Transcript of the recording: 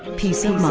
piece of